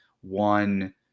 one